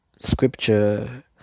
scripture